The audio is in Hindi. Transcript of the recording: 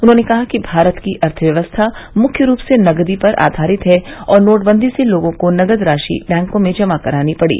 उन्होंने कहा कि भारत की अर्थव्यवस्था मुख्य रूप से नगदी पर आधारित है और नोटबंदी से लोगों को नगद राशि बैंकों में जमा करानी पड़ी